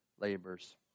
labors